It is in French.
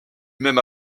même